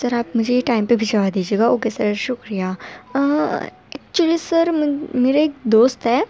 سر آپ مجھے ٹائم پہ بھیجوا دیجیے گا اوکے سر شکریہ ایکچولی سر میرے ایک دوست ہے